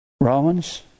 Romans